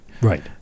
Right